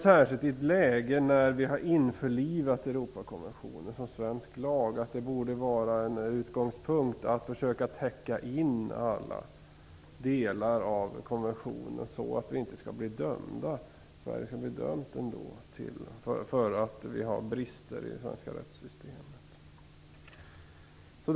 Särskilt i ett läge när vi har införlivat Europakonventionen med svensk lag tycker man att en utgångspunkt borde vara att försöka täcka in alla delar av konventionen, så att Sverige inte skall bli dömt därför att det finns brister i det svenska rättssystemet.